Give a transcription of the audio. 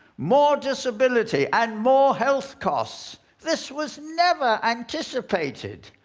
more disability and more health costs. this was never anticipated.